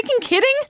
kidding